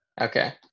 Okay